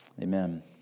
Amen